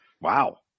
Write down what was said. Wow